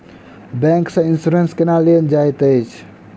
bank सँ insurance केना लेल जाइत अछि